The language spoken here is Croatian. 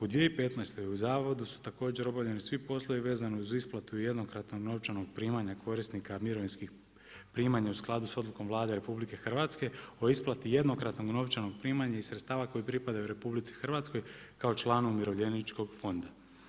U 2015. u zavodu su također obavljeni svi poslovi vezni uz isplatu jednokratnog novčanog primanja korisnika mirovinskih primanja u skladu sa Odlukom Vlade RH o isplati jednokratnog novčanog primanja iz sredstava koji pripadaju RH kao članu umirovljeničkog fonda.